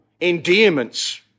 endearments